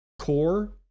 core